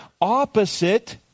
opposite